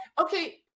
okay